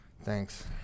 Thanks